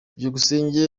byukusenge